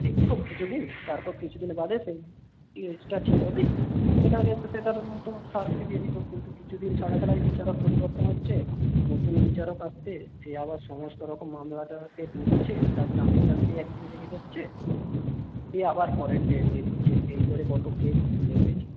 এই তো কিছু দিন তারপর কিছু দিন বাদে সেই কেসটা ঠিক হবে তাহলে হয়তো সে তার মতো শাস্তি দিয়ে দিতো কিন্তু কিছু দিন ছাড়া ছাড়াই বিচারক পরিবর্তন হচ্ছে নতুন বিচারক আসছে সে আবার সমস্ত রকম মামলাটা সে বুঝছে তার জানতে জানতেই এক দিন লেগে যাচ্ছে সে আবার পরের ডেট দিয়ে দিচ্ছে এই করে কতো কেস ঝুলে রয়েছে